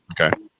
Okay